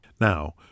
Now